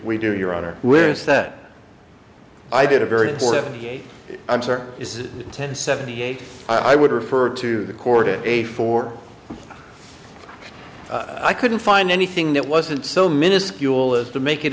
we do your honor we're is that i did a very i'm sorry is it ten seventy eight i would refer to the court in a four i couldn't find anything that wasn't so minuscule as to make it